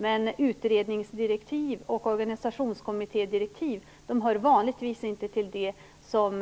Men utredningsdirektiv och organisationskommittédirektiv hör vanligtvis inte till det som